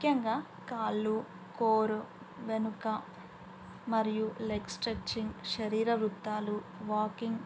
ముఖ్యంగా కాళ్ళు కొర్ వెనుక మరియు లెగ్ స్ట్రెచ్చింగ్ శరీర వృత్తాలు వాకింగ్